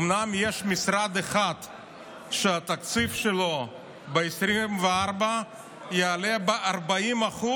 אומנם יש משרד אחד שהתקציב שלו ב-2024 יעלה ב-40%